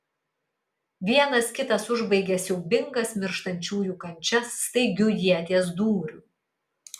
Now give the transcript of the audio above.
vienas kitas užbaigė siaubingas mirštančiųjų kančias staigiu ieties dūriu